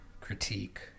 critique